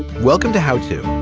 welcome to how to.